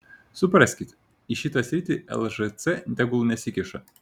supraskit į šitą sritį lžc tegul nesikiša